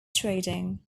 trading